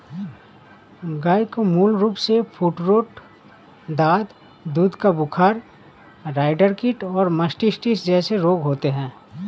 गय के मूल रूपसे फूटरोट, दाद, दूध का बुखार, राईडर कीट और मास्टिटिस जेसे रोग होते हें